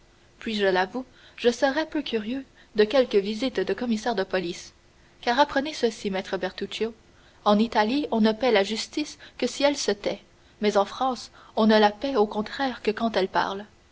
puis je l'avoue je serais peu curieux de quelque visite de commissaire de police car apprenez ceci maître bertuccio en italie on ne paie la justice que si elle se tait mais en france on ne la paie au contraire que quand elle parle